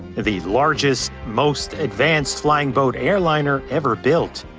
the largest, most advanced flying boat airliner ever built.